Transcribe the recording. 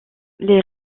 les